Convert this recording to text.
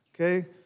Okay